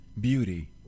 beauty